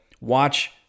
watch